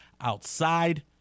outside